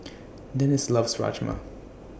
Dennis loves Rajma